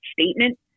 statement